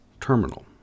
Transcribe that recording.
terminal